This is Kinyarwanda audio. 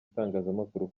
itangazamakuru